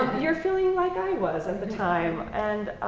you're feeling like i was at the time. and